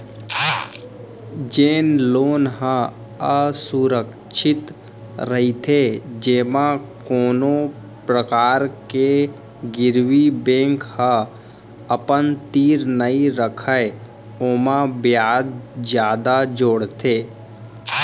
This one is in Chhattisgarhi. जेन लोन ह असुरक्छित रहिथे जेमा कोनो परकार के गिरवी बेंक ह अपन तीर नइ रखय ओमा बियाज जादा जोड़थे